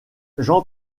jean